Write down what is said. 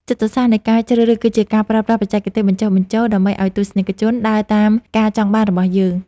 ចិត្តសាស្ត្រនៃការជ្រើសរើសគឺជាការប្រើប្រាស់បច្ចេកទេសបញ្ចុះបញ្ចូលដើម្បីឱ្យទស្សនិកជនដើរតាមការចង់បានរបស់យើង។